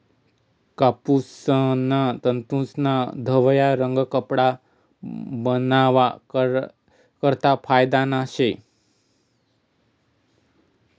कापूसना तंतूस्ना धवया रंग कपडा बनावा करता फायदाना शे